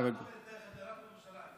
אל תוריד את ערך הדירות.